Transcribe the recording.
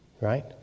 Right